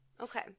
okay